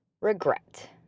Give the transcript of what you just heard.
regret